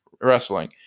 Wrestling